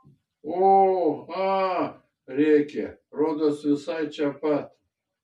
o a rėkė rodos visai čia pat